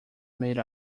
made